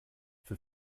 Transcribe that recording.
für